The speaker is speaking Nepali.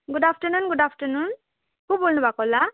गुड आफ्टरनुन गुड आफ्टरनुन को बोल्नु भएको होला